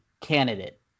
candidate